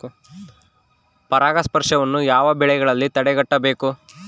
ಪರಾಗಸ್ಪರ್ಶವನ್ನು ಯಾವ ಬೆಳೆಗಳಲ್ಲಿ ತಡೆಗಟ್ಟಬೇಕು?